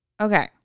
Okay